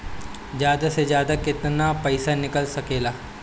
जादा से जादा कितना पैसा निकाल सकईले?